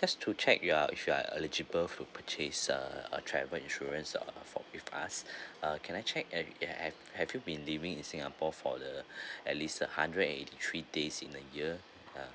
just to check you're if you are eligible for purchase uh a travel insurance uh with us uh can I check eh have have you been living in singapore for the at least a hundred eighty three days in a year ah